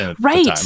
Right